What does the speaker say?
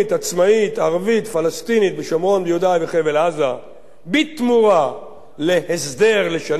ערבית פלסטינית בשומרון ויהודה וחבל-עזה בתמורה להסדר לשנים אחדות,